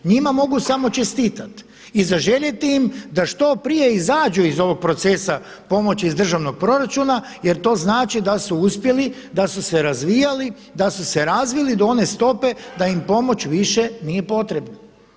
Njima mogu samo čestitati i zaželjeti ima da što prije izađu iz ovog procesa pomoći iz državnog proračuna jer to znači da su uspjeli, da su se razvijali, da su se razvili do one stope da im pomoć više nije potrebna.